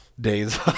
Days